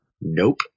Nope